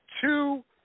two